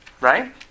Right